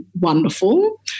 wonderful